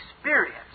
experience